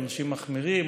עונשים מחמירים,